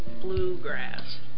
bluegrass